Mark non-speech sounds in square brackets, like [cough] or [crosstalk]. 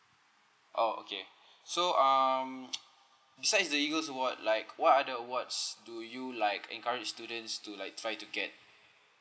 oh okay so um [noise] besides the eagles award like what other awards do you like encourage students to like try to get